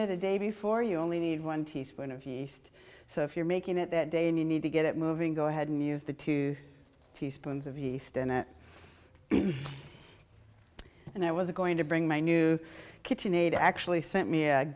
it a day before you only need one teaspoon of yeast so if you're making it that day and you need to get it moving go ahead and use the two teaspoons of yeast and it and i was going to bring my new kitchen aid actually sent me